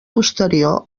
posterior